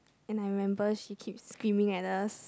and I remember she keeps screaming at us